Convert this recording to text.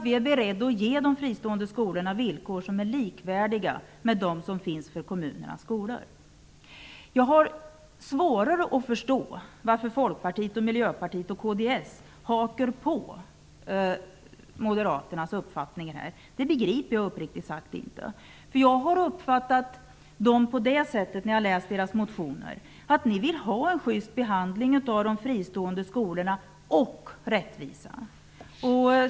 Vi är beredda att ge de fristående skolorna villkor som är likvärdiga med dem som finns för kommunernas skolor. Jag har svårt att förstå varför Folkpartiet, Miljöpartiet och kds hakar på moderaternas uppfattning. Det begriper jag uppriktigt sagt inte. När jag har läst deras motioner har jag uppfattat det så att dessa partier vill ha en sjyst behandling av de fristående skolorna, och att de vill ha rättvisa.